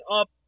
up